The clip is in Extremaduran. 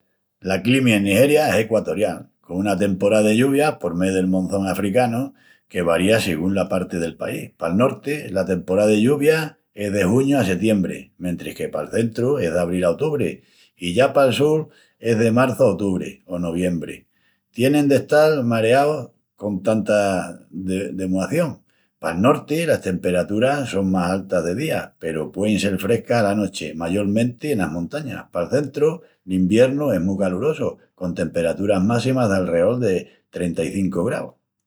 La climi en Nigeria es equatorial, con una temporá de lluvias por mé del monzón africanu que varía sigún la parti del país. Pal norti, la temporá de lluvias es de juñu a setiembri, mentris que pal centru es d'avril a outubri i ya pal sul es de marçu a outubri o noviembri. Tienin d'estal mareaus con tanta de... demuación. Pal norti, las temperaturas son más altas de día, peru puein sel frescas ala nochi, mayolmenti enas montañas. Pal centru, l'iviernu es mu calurosu, con temperaturas mássimas d'alreol de trenta-i-cincu graus.